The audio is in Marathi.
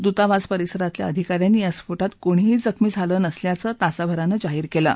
दूतावास परिसरातील अधिका यांनी या स्फोटात कोणीही जखमी झालं नसल्याचं तासाभरानी जाहीर कल्लि